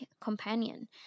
companion